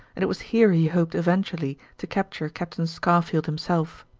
and it was here he hoped eventually to capture captain scarfield himself.